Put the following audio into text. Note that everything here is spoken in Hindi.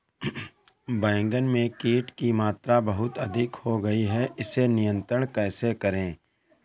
बैगन में कीट की मात्रा बहुत अधिक हो गई है इसे नियंत्रण कैसे करें?